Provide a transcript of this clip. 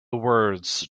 words